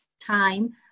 time